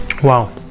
wow